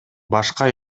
башка